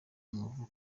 inkovu